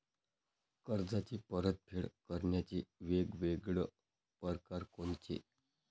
कर्जाची परतफेड करण्याचे वेगवेगळ परकार कोनचे?